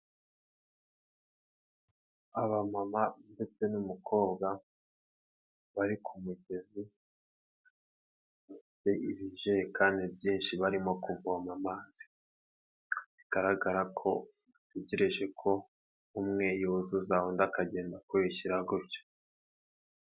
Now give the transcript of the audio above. Abamama ndetse n'umukobwa bari ku mugezi, bafite ibijerekani byinshi barimo kuvoma amazi, bigaragara ko bategereje ko umwe yuzuza, undi akagenda akurikira gutyo.